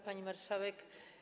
Pani Marszałek!